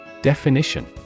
Definition